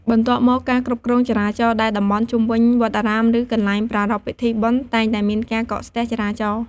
បន្ទាប់មកការគ្រប់គ្រងចរាចរណ៍ ដែលតំបន់ជុំវិញវត្តអារាម ឬកន្លែងប្រារព្ធពិធីបុណ្យតែងតែមានការកកស្ទះចរាចរណ៍។